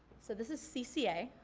so this is cca,